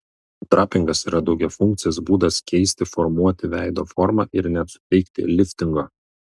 drapingas yra daugiafunkcis būdas keisti formuoti veido formą ir net suteikti liftingo